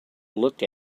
looked